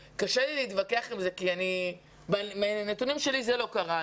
קשה לי להתווכח עם זה כי מהנתונים שלי זה לא קרה.